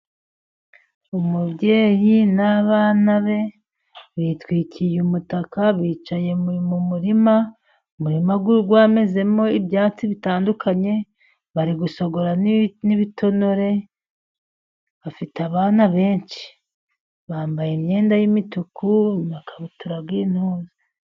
Umubyeyi n'abana be bitwikiye umutaka. Bicaye mu murima. Umurima wamezemo ibyatsi bitandukanye, bari gusogora n'ibitonore, bafite abana benshi. Bambaye imyenda y'imituku amakabutura y'intuza.